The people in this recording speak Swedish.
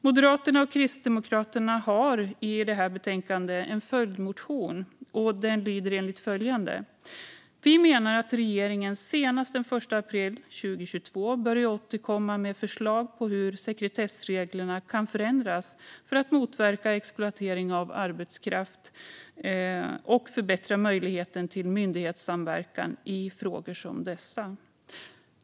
Moderaternas och Kristdemokraternas följdmotion i betänkandet lyder enligt följande: Vi menar att regeringen senast den l april 2022 bör återkomma med förslag på hur sekretessreglerna kan förändras för att motverka exploatering av arbetskraft och förbättra möjligheten till myndighetssamverkan i frågor som dessa.